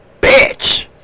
bitch